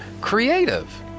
creative